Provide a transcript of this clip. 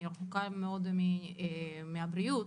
אני רחוקה מאוד מתחום הבריאות,